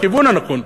לכיוון הנכון,